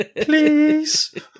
Please